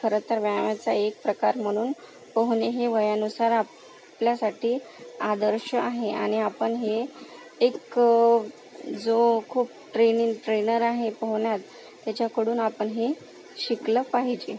खरं तर व्यायामाचा एक प्रकार म्हणून पोहणे हे वयानुसार आपल्यासाठी आदर्श आहे आणि आपण हे एक जो खूप ट्रेनिंग ट्रेनर आहे पोहण्यात त्याच्याकडून आपण हे शिकलं पाहिजे